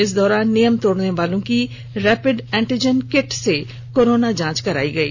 इस दौरान नियम तोड़नेवालों की रैपिड एंटीजन किट से कोरोना जांच की गयी